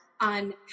on